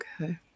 Okay